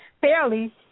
fairly